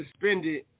suspended